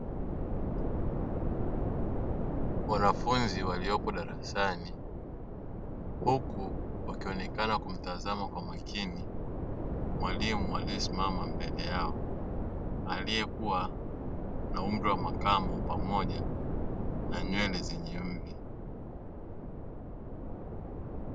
Wanafunzi waliopo darasani huku wakionekana kumtazama kwa makini mwalimu aliyesimama mbele yao aliyekuwa na umri wa makamo pamoja na nywele zenye mvi.